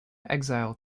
exile